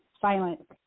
silent